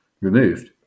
removed